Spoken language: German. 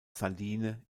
saline